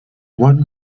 one